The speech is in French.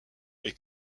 est